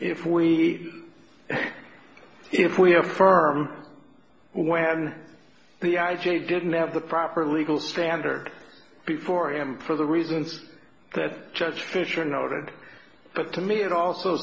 if we if we are firm when the i g didn't have the proper legal standard before him for the reasons that judge fisher noted but to me it also